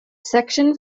section